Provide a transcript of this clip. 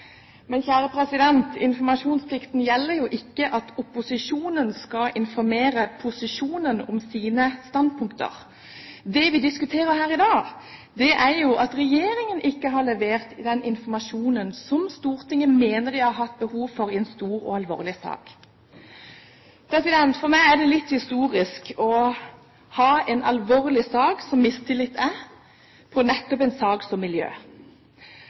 Men informasjonsplikten gjelder jo ikke opposisjonen – at de skal informere posisjonen om sine standpunkter. Det vi diskuterer her i dag, er jo at regjeringen ikke har levert den informasjonen som Stortinget mener de har hatt behov for, i en stor og alvorlig sak. For meg er det litt historisk å ha en alvorlig sak som mistillit er, nettopp på en sak om miljø.